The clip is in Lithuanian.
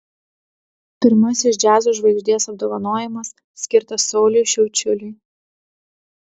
pirmasis džiazo žvaigždės apdovanojimas skirtas sauliui šiaučiuliui